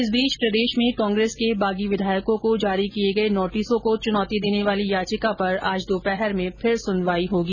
इस बीच प्रदेश में कांग्रेस के बागी विधायकों को जारी किये गये नोटिसों को चुनौती देने वाली याचिका पर आज दोपहर में फिर सुनवाई होगी